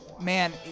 Man